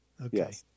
Okay